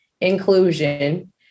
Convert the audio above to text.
inclusion